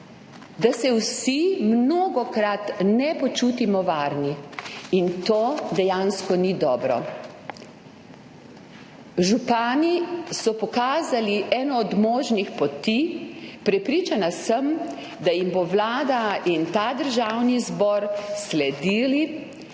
da se vsi mnogokrat ne počutimo varne. In to dejansko ni dobro. Župani so pokazali eno od možnih poti. Prepričana sem, da jim bosta Vlada in Državni zbor sledila.